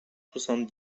soixante